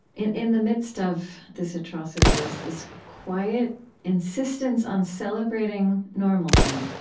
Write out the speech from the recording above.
in in the midst of this atrocity, was this quiet insistence on celebrating normalcy,